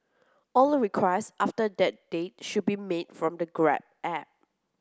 all requests after that date should be made from the grab app